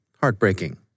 heartbreaking